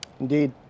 Indeed